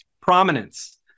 Prominence